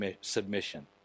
submission